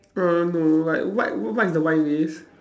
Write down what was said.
err no like what what is the wine list